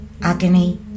agony